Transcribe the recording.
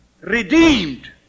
redeemed